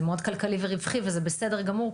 זה מאוד כלכלי ורווחי וזה בסדר גמור.